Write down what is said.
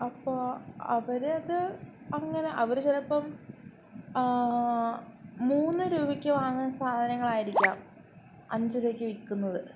അപ്പം ആ അവർ അത് അങ്ങനെ അവർ ചിലപ്പം മൂന്ന് രൂപയ്ക്ക് വാങ്ങുന്ന സാധനങ്ങൾ ആയിരിക്കാം അഞ്ച് രൂപയ്ക്ക് വിൽക്കുന്നത്